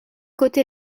côté